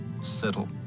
Settle